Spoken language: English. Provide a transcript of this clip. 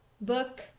book